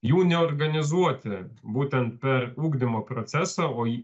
jų neorganizuoti būtent per ugdymo procesą o į